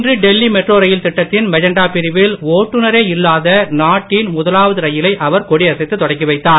இன்றுடெல்லிமெட்ரோரயில்திட்டத்தின்மெஜண்டாபிரிவில் ஒட்டுனரேஇல்லாதநாட்டின்முதலாவதுரயிலைஅவர்கொடியசைத்துதொட க்கிவைத்தார்